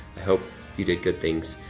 hope you did good things.